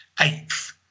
eighth